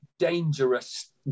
Dangerous